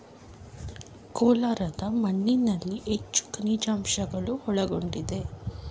ಕೋಲಾರದ ಮಣ್ಣಿನಲ್ಲಿ ಹೆಚ್ಚು ಖನಿಜಾಂಶಗಳು ಒಳಗೊಂಡಿದೆ